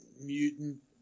mutant